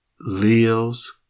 lives